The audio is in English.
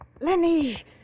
Lenny